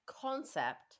concept